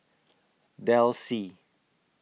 Delsey